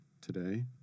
Today